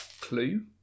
Clue